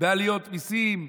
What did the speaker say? בעליות מיסים.